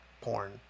porn